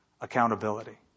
accountability